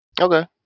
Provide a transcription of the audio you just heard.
Okay